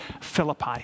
philippi